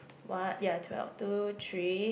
what ya twelve two three